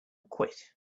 quit